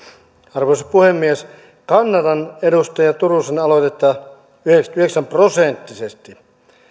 arvoisa puhemies kannatan edustaja turusen aloitetta yhdeksänkymmentäyhdeksän prosenttisesti